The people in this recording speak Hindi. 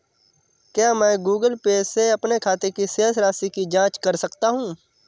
क्या मैं गूगल पे से अपने खाते की शेष राशि की जाँच कर सकता हूँ?